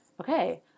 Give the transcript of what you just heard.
okay